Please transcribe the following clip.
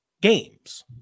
games